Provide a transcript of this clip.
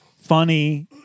funny